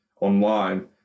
online